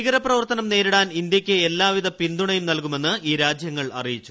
ഭീകര പ്രവ ർത്തനം നേരിടാൻ ഇന്ത്യക്ക് എല്ലാവിധ പിന്തുണയും നൽകുമെന്ന് ഈ രാജ്യങ്ങൾ അറിയിച്ചു